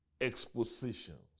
expositions